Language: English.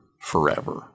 forever